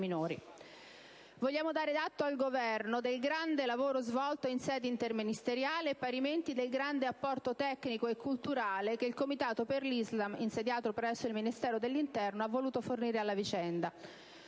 minori. Vogliamo dare atto al Governo del grande lavoro svolto in sede interministeriale e parimenti del grande apporto tecnico e culturale che il Comitato per l'Islam, insediato presso il Ministero dell'interno, ha voluto fornire alla vicenda.